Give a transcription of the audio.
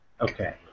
Okay